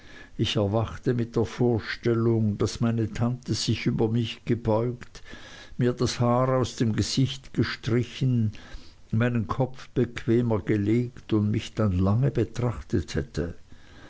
ich erwachte mit der vorstellung daß meine tante sich über mich gebeugt mir das haar aus dem gesicht gestrichen meinen kopf bequemer gelegt und mich dann lange betrachtet hätte